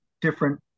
different